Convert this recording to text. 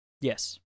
Yes